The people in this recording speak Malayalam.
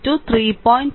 4 3